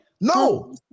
No